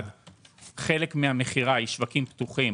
חלק מן המכירה היא בשווקים פתוחים,